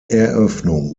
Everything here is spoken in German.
eröffnung